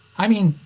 i mean,